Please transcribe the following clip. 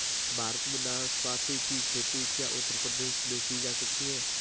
भारत में नाशपाती की खेती क्या उत्तर प्रदेश में की जा सकती है?